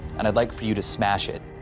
and i'd like for you to smash it.